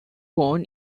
born